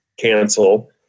cancel